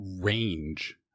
range